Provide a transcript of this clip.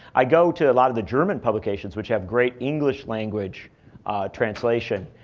i go to a lot of the german publications, which have great english language translation,